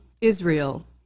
Israel